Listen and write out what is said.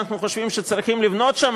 ואנחנו חושבים שצריכים לבנות שם,